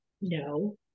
No